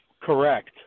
Correct